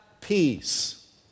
peace